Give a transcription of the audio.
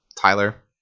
Tyler